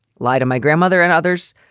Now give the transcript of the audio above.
lie to my grandmother and others.